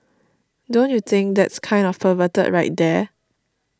don't you think that's kind of perverted right there